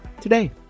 today